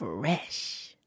Fresh